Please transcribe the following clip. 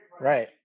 Right